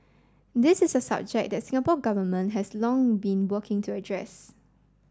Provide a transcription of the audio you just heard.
this is a subject the Singapore Government has long been working to address